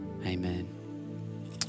Amen